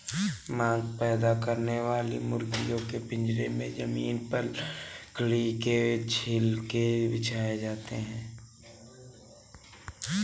मांस पैदा करने वाली मुर्गियों के पिजड़े में जमीन पर लकड़ी के छिलके बिछाए जाते है